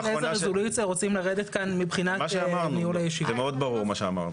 מה שאמרנו זה מאוד ברור.